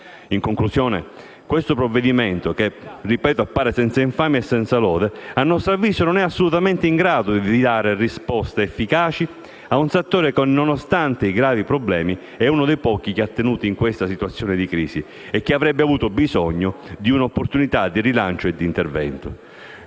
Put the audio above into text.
In conclusione, questo provvedimento che, lo ripeto, appare senza infamia e senza lode, a nostro avviso non è assolutamente in grado di dare risposte efficaci a un settore che, nonostante i gravi problemi, è uno dei pochi che ha tenuto in questa situazione di crisi e che avrebbe avuto bisogno di un'opportunità di rilancio e di intervento.